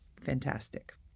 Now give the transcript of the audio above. Fantastic